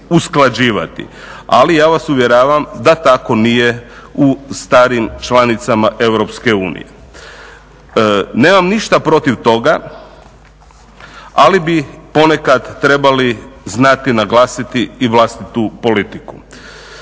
usklađivati. Ali ja vas uvjeravam da tako nije u starim članicama EU. Nemam ništa protiv toga, ali bi ponekad trebali znati naglasiti i vlastitu politiku.